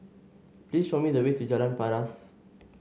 please show me the way to Jalan Paras